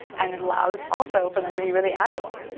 and it allows also for them to be really agile.